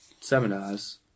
seminars